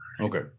Okay